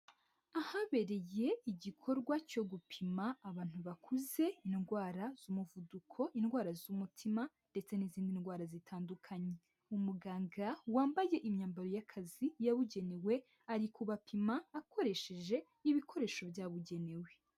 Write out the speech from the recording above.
Ahabereye igikorwa cyo gupima abantu bakuze indwara z'umuvuduko, indwara z'umutima ndetse n'izindi ndwara zitandukanye, umuganga wambaye imyambaro y'akazi yabugenewe, ari kubapima akoresheje ibikoresho byabugenewe.